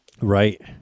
Right